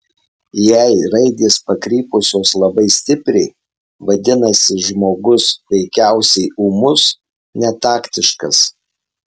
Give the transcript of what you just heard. jei raidės pakrypusios labai stipriai vadinasi žmogus veikiausiai ūmus netaktiškas